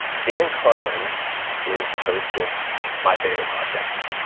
dan carlin is the host of my favorite podcast.